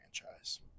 franchise